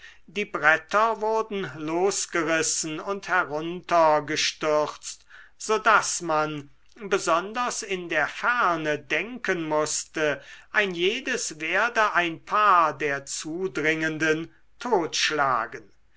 die bretter wurden losgerissen und heruntergestürzt so daß man besonders in der ferne denken mußte ein jedes werde ein paar der zudringenden totschlagen